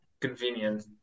convenient